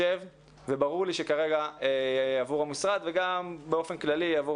ברור לי שכרגע עבור המשרד וגם באופן כללי עבור